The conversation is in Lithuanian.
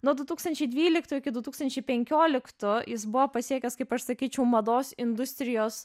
nuo du tūkstančiai dvyliktų iki du tūkstančiai penkioliktų jis buvo pasiekęs kaip aš sakyčiau mados industrijos